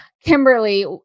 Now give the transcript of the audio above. Kimberly